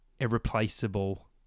irreplaceable